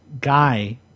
guy